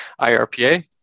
IRPA